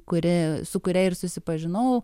kuri su kuria ir susipažinau